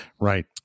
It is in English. right